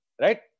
right